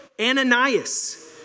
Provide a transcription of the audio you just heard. Ananias